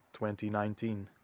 2019